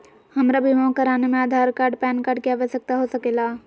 हमरा बीमा कराने में आधार कार्ड पैन कार्ड की आवश्यकता हो सके ला?